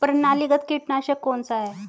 प्रणालीगत कीटनाशक कौन सा है?